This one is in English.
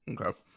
Okay